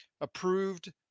approved